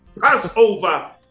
Passover